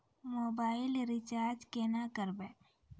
Mobile recharge केना करबै?